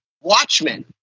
watchmen